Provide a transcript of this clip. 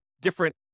different